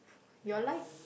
your like